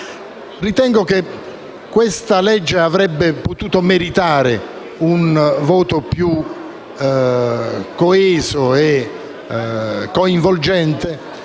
Ritengo che questo disegno di legge avrebbe potuto meritare un voto più coeso e coinvolgente